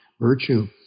virtue